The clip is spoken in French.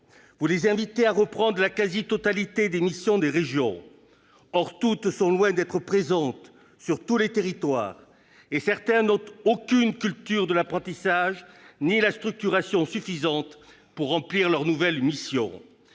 Vous les invitez à reprendre la quasi-totalité des missions des régions. Or toutes sont loin d'être présentes sur tous les territoires et certaines n'ont aucune culture de l'apprentissage ni la structuration suffisante pour remplir leurs nouvelles missions.